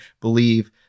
believe